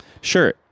sure